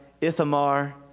Ithamar